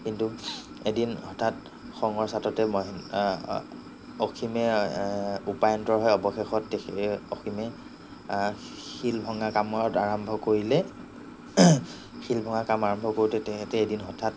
কিন্তু এদিন হঠাৎ খঙৰ চাটতে মহে অসীমে উপায়ন্তৰ হৈ অৱশেষত দেখি অসীমে শিল ভঙা কামত আৰম্ভ কৰিলে শিল ভঙা কাম আৰম্ভ কৰোঁতে তেখেতে এদিন হঠাৎ